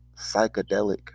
psychedelic